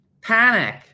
panic